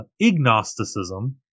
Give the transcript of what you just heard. ignosticism